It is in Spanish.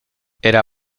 era